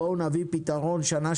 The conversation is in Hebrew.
בואו נביא פתרון שנה,